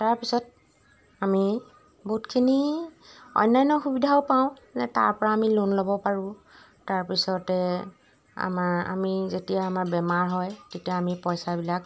তাৰপিছত আমি বহুতখিনি অন্যান্য সুবিধাও পাওঁ যেনে তাৰপৰা আমি লোন ল'ব পাৰোঁ তাৰপিছতে আমাৰ আমি যেতিয়া আমাৰ বেমাৰ হয় তেতিয়া আমি পইচাবিলাক